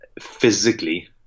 physically